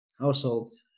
Households